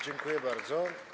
Dziękuję bardzo.